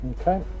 Okay